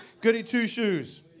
Goody-two-shoes